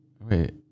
Wait